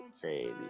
crazy